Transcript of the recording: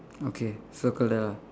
okay circle that ah